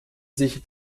sich